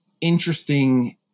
interesting